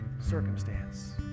circumstance